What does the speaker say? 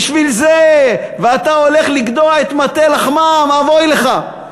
בשביל זה, ואתה הולך לגדוע את מטה לחמם, אבוי לך.